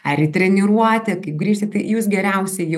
ar į treniruotę kaip grįšti tai jūs geriausiai